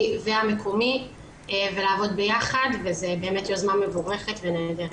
והמקומי ולעבוד ביחד וזה באמת יוזמה מבורכת ונהדרת.